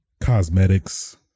cosmetics